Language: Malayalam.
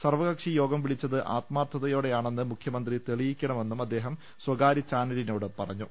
സർവകക്ഷി യോഗം വിളിച്ചത് ആത്മാർഥയോടെ യാണെന്ന് മൂഖ്യമന്ത്രി തെളിയിക്കണമെന്നും അദ്ദേഹം സ്വകാര്യ ചാനലിനോട് പറഞ്ഞു